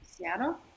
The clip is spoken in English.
Seattle